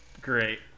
great